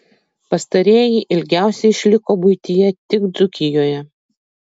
pastarieji ilgiausiai išliko buityje tik dzūkijoje